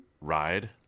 ride